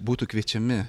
būtų kviečiami